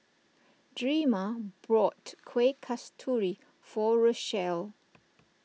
Drema bought Kueh Kasturi for Rachel